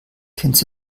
kennst